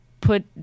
put –